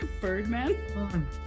Birdman